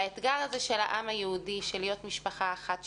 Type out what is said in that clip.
האתגר הזה של העם היהודי, להיות משפחה אחת שלמה,